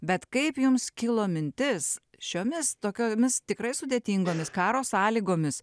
bet kaip jums kilo mintis šiomis tokiomis tikrai sudėtingomis karo sąlygomis